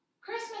Christmas